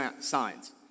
signs